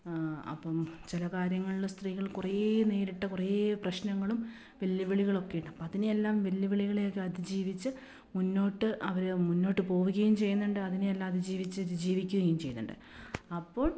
അപ്പം ചില കാര്യങ്ങളിൽ സ്ത്രീകൾ കുറേ നേരിട്ട് കുറേ പ്രശ്നങ്ങളും വെല്ലുവിളികളുമൊക്കെ ഉണ്ട് അപ്പോൾ അതിനെയെല്ലാം വെല്ലുവിളികളൊക്കെ അതിജീവിച്ച് മുന്നോട്ട് അവർ മുന്നോട്ട് പോവുകയും ചെയ്യുന്നുണ്ട് അതിനെ എല്ലാം അതിജീവിച്ച് ജീവിക്കുകയും ചെയ്യുന്നുണ്ട് അപ്പോൾ